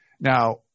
now